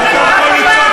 הורדתם את כל המסכות.